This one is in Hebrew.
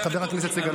חבר הכנסת סגלוביץ'.